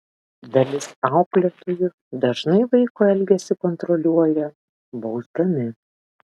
dalis auklėtojų dažnai vaiko elgesį kontroliuoja bausdami